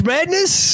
Madness